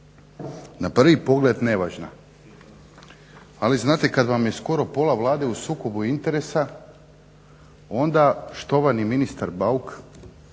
na prvi pogled nevažna, ali znate kad vam je skoro pola Vlade u sukobu interesa onda štovani ministar Bauk